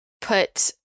put